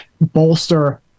bolster